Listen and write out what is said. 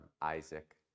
Isaac